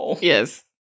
Yes